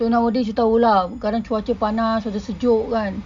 so nowadays you tahu lah kadang cuaca panas cuaca sejuk kan